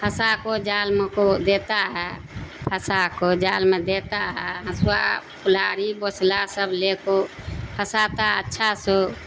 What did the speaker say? پھنسا کے جال میں کو دیتا ہے پھنسا کے جال میں دیتا ہے ہنسوا کلہاڑی بوسلا سب لے کے پھنساتا اچھا سو